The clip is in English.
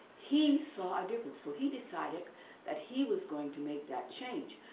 he saw a difference. so he decided that he was going to make that change.